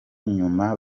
nyuma